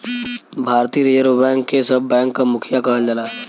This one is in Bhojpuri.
भारतीय रिज़र्व बैंक के सब बैंक क मुखिया कहल जाला